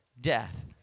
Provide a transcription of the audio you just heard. death